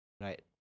Right